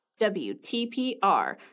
WTPR